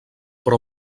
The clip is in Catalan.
però